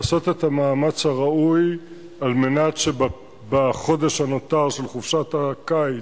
אבל אני שאלתי פה בוועדת הכנסת,